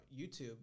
YouTube